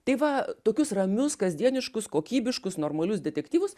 tai va tokius ramius kasdieniškus kokybiškus normalius detektyvus